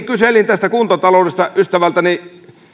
kyselin tästä kuntataloudesta ystävältäni